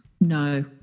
no